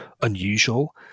unusual